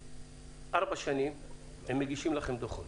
שארבע שנים הם מגישים לכם דוחות